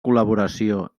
col·laboració